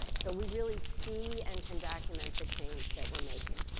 so we really see and can document the change that we're making.